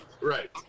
Right